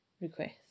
request